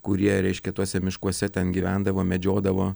kurie reiškia tuose miškuose ten gyvendavo medžiodavo